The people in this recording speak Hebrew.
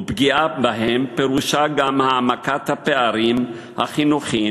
ופגיעה בהן פירושה גם העמקת הפערים החינוכיים,